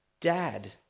Dad